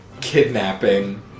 kidnapping